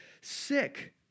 sick